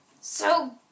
So